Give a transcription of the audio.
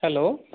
hello